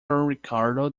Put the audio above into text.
ricardo